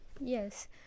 yes